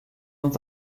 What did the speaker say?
uns